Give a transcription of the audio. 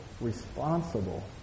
responsible